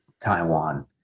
Taiwan